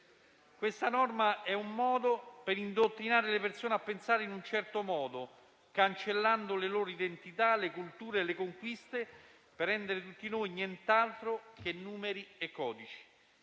Questa norma è un tentativo di indottrinare le persone a pensare in un certo modo, cancellando le loro identità, le culture, le conquiste, per rendere tutti noi nient'altro che numeri e codici.